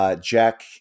Jack